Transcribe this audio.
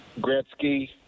Gretzky